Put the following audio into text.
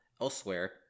elsewhere